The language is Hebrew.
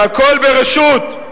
הוא אמר מפה,